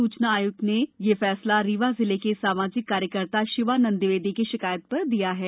सूचना आयुक्त ने यह फैसला रीवा जिले के सामाजिक कार्यकर्ता शिवानंद दविवेदी की शिकायत पर दिया है